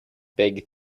big